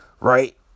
right